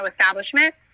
establishment